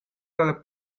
dalla